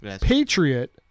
Patriot